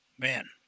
Man